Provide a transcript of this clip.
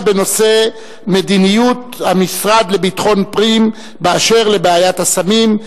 בנושא מדיניות המשרד לביטחון פנים באשר לבעיית הסמים.